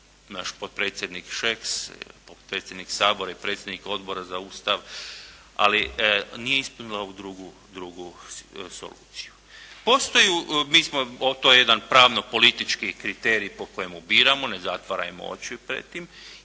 naš potpredsjednik Šeks, potpredsjednik Sabora i potpredsjednik Odbora za Ustav, ali nije ispunila ovu drugu soluciju. To je jedan pravno-politički kriterij po kojemu biramo, ne zatvarajmo oči pred tim